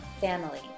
family